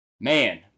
Man